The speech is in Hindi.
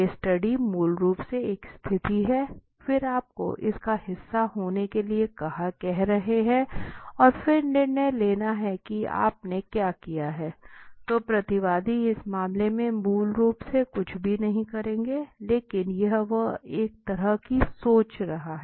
केस स्टडी मूल रूप से एक स्थिति है फिर आपको इसका हिस्सा होने के लिए कह रहे हैं और फिर निर्णय लेना है कि आपने क्या किया है तो प्रतिवादी इस मामले में मूल रूप से कुछ भी नहीं करेगा लेकिन वह एक तरह से सोच रहा है